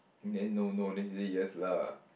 then no no then she say yes lah